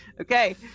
Okay